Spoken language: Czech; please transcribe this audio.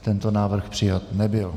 Tento návrh přijat nebyl.